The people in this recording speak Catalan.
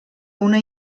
una